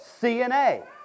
CNA